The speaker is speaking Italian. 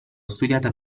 studiata